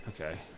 Okay